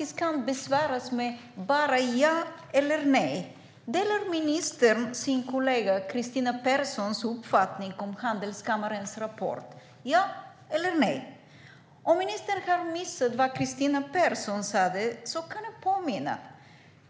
som kan besvaras med bara ja eller nej. Delar ministern sin kollega Kristina Perssons uppfattning om Sydsvenska Handelskammarens rapport - ja eller nej? Om ministern har missat vad Kristina Persson sa kan jag påminna henne.